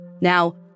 Now